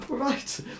right